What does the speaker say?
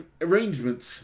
arrangements